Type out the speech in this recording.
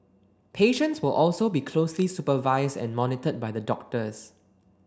patients will also be closely supervise and monitored by the doctors